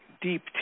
deep